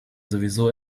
sowieso